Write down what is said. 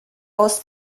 aus